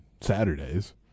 Saturdays